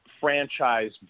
franchise